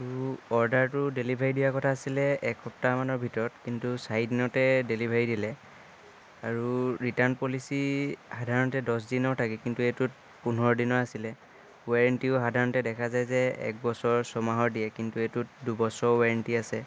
তো অৰ্ডাৰটো ডেলিভাৰী দিয়াৰ কথা আছিলে এক সপ্তাহমানৰ ভিতৰত কিন্তু চাৰিদিনতে ডেলিভাৰী দিলে আৰু ৰিটাৰ্ণ পলিচি সাধাৰণতে দহ দিনৰ থাকে কিন্তু এইটোত পোন্ধৰ দিনৰ আছিলে ৱেৰেণ্টীও সাধাৰণতে দেখা যায় যে এক বছৰ ছমাহৰ দিয়ে কিন্তু এইটোত দুবছৰ ৱেৰেণ্টী আছে